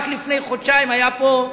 רק לפני חודשיים היה פה,